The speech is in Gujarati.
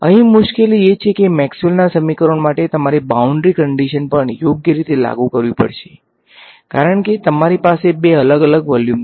અહીં મુશ્કેલી એ છે કે મેક્સવેલના સમીકરણો માટે તમારે બાઉન્ડ્રી કંડીશન પણ યોગ્ય રીતે લાગુ કરવી પડશે કારણ કે તમારી પાસે બે અલગ અલગ વોલ્યુમ છે